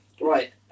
Right